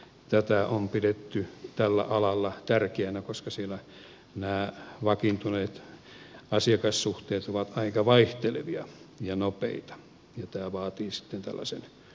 tätä on pidetty tällä alalla tärkeänä koska siellä nämä vakiintuneet asiakassuhteet ovat aika vaihtelevia ja nopeita ja tämä vaatii sitten tällaisen luotettavan linjan